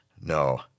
No